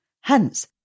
Hence